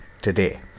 today